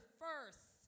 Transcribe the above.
first